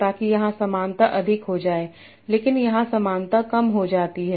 ताकि यहां समानता अधिक हो जाए लेकिन यहां समानता कम हो जाती है